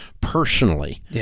personally